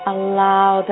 Allow